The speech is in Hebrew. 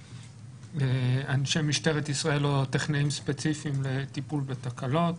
אנשי משטרת ישראל או טכנאים ספציפיים לטיפול בתקלות.